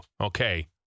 Okay